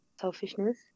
selfishness